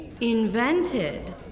Invented